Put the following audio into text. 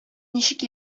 ничек